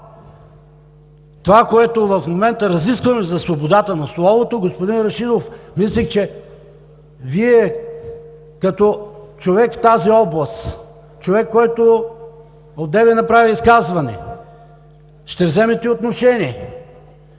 Това, което в момента разискваме за свободата на словото, господин Рашидов, мисля, че Вие като човек в тази област, човек, който одеве направи изказване, ще вземете отношение.